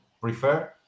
prefer